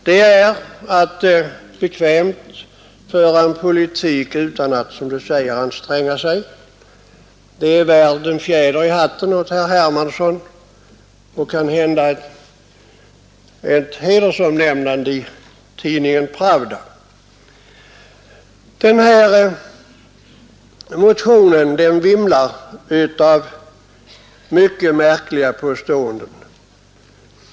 Det är verkligen bekvämt att på detta sätt kunna föra en politik utan att behöva anstränga sig. Det är värt en fjäder i hatten åt herr Hermansson och kanhända ett hedersomnämnande i tidningen Pravda. Motionen vimlar av mycket märkliga påståenden.